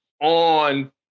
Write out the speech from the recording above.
on